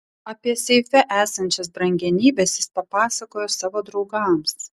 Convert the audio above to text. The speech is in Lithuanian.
apie seife esančias brangenybes jis papasakojo savo draugams